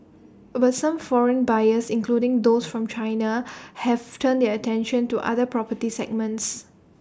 but some foreign buyers including those from China have turned their attention to other property segments